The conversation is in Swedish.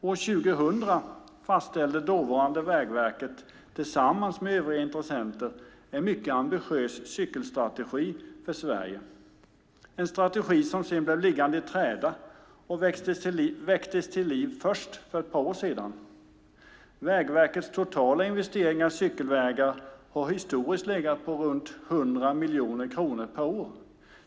År 2000 fastställde dåvarande Vägverket tillsammans med övriga intressenter en mycket ambitiös cykelstrategi för Sverige. Det var en strategi som sedan blev liggande i träda och väcktes till nytt liv först för ett par år sedan. Vägverkets totala investeringar i cykelvägar har historiskt legat på runt 100 miljoner kronor per år.